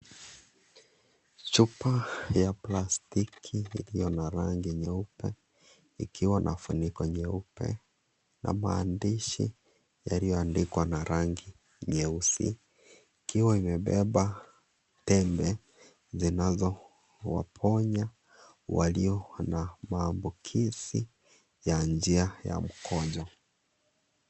Chupa ya plastiki iliyo na rangi nyeupe ikiwa na ufuniko nyeupe na maandishi yaliyoandikwa na rangi nyeusi ikiwa imebeba tembe zinazo waponya walio na mambukizi ya njia ya mkojo .